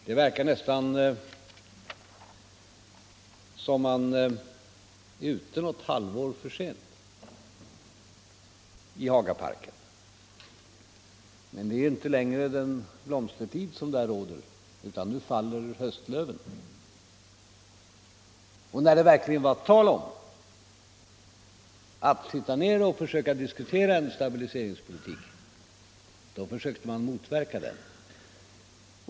Det verkar nästan som om man är ute något halvår för sent i Hagaparken. Det är inte längre den blomstertid som nu råder där utan nu faller höstlöven. Och när det verkligen var tal om att diskutera stabiliseringspolitik försökte man motverka det.